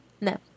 No